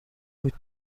بود